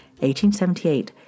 1878